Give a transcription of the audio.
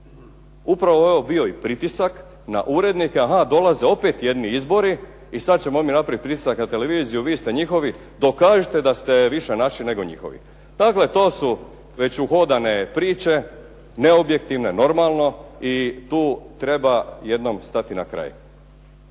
je ovo i bio pritisak na urednike, aha dolaze opet jedni izbori i sada ćemo mi napraviti pritisak na televiziju, vi ste njihovi. Dokažite da ste više naši nego njihovi. Dakle, to su već uhodane priče, neobjektivne normalno i tu treba jednom stati na kraj.